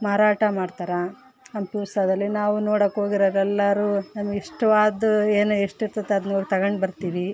ಮಾರಾಟ ಮಾಡ್ತಾರೆ ಹಂಪಿ ಉತ್ಸವದಲ್ಲಿ ನಾವು ನೋಡೋಕ್ ಹೋಗಿರೊವ್ರ್ ಎಲ್ಲರು ನಮಗೆ ಇಷ್ಟವಾದ್ದು ಏನು ಎಷ್ಟು ಇರ್ತತೆ ಅದು ನೋಡಿ ತಗೊಂಡ್ ಬರ್ತೀವಿ